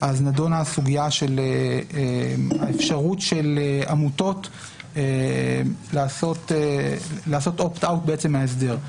אז נדונה האפשרות של עמותות לעשות אופט-אאוט בעצם ההסדר.